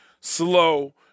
slow